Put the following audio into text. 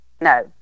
no